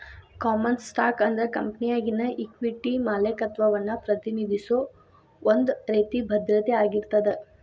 common stock ಅಂದ್ರ ಕಂಪೆನಿಯಾಗಿನ equity ಮಾಲೇಕತ್ವವನ್ನ ಪ್ರತಿನಿಧಿಸೋ ಒಂದ್ ರೇತಿ ಭದ್ರತೆ ಆಗಿರ್ತದ